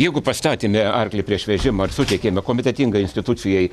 jeigu pastatėme arklį prieš vežimą ar suteikėme kompetentingai institucijai